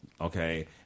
Okay